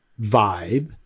vibe